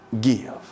give